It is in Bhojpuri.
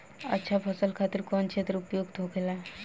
अच्छा फसल खातिर कौन क्षेत्र उपयुक्त होखेला?